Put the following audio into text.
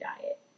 diet